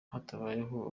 hatabayeho